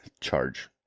charge